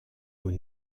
aux